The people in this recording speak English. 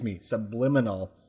subliminal